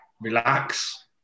relax